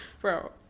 bro